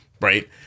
Right